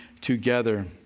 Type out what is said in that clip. together